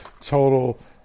total